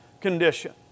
condition